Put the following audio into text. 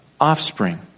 offspring